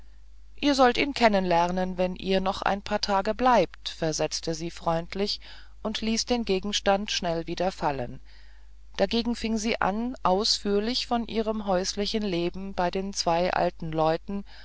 ihr sollt ihn kennenlernen wenn ihr noch ein paar tage bleibt versetzte sie freundlich und ließ den gegenstand schnell wieder fallen dagegen fing sie an ausführlich von ihrem häuslichen leben bei den zwei alten leuten